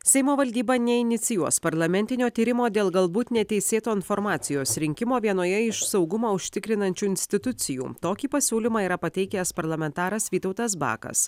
seimo valdyba neinicijuos parlamentinio tyrimo dėl galbūt neteisėto informacijos rinkimo vienoje iš saugumą užtikrinančių institucijų tokį pasiūlymą yra pateikęs parlamentaras vytautas bakas